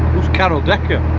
carol decker?